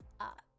up